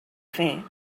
fer